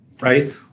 Right